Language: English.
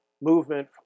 movement